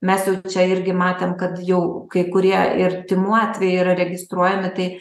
mes jau čia irgi matėm kad jau kai kurie ir tymų atvejai yra registruojami tai